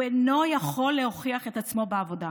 הוא אינו יכול להוכיח את עצמו בעבודה.